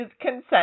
consent